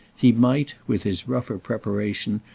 he might, with his rougher preparation,